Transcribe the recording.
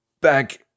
back